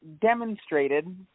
demonstrated